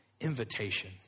invitation